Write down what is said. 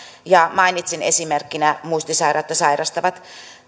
ja mainitsin esimerkkinä muistisairautta sairastavat